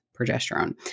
progesterone